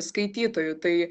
skaitytojų tai